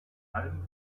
allem